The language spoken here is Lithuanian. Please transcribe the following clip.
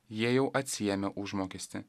jie jau atsiėmė užmokestį